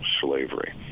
slavery